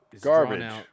Garbage